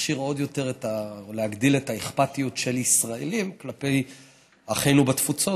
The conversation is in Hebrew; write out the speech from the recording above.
להכשיר עוד יותר ולהעלות את האכפתיות של ישראלים כלפי אחינו בתפוצות.